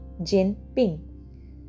Jinping